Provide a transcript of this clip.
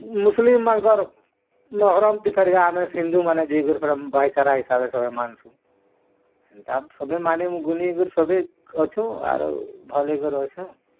ମୁସଲିମ୍ମାନଙ୍କର ମହରମ୍ ହିନ୍ଦୁମାନେ ଭାଇଚାରା ହିସାବେ ସଭେ ମାନସୁଁ ଏନ୍ତା ଆମେ ସଭିଏଁ ମାନିମୁଁ ଗୁନି କରି ସଭି ଆରୁ ଭଲ କରି ରହିସୁଁ